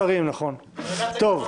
נכון, ועדת שרים.